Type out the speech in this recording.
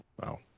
Wow